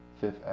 fifth